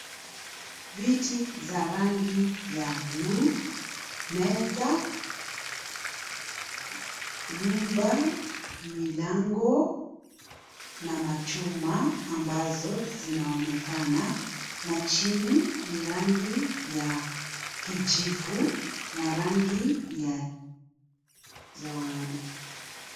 Viti za rangi ya blue , meza, nyumba, milango na machuma ambazo zinaonekana na chini ni rangi ya kijivu na rangi ya zawadi.